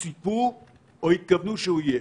ממה שציפו או מה שהתכוונו שהוא יהיה.